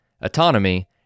autonomy